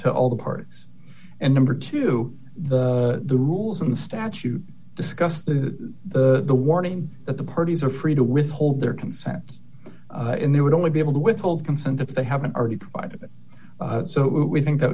to all the parties and number two the the rules in the statute discuss the the the warning that the parties are free to withhold their consent in there would only be able to withhold consent if they haven't already provided it so we think that